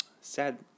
sad